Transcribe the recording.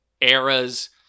eras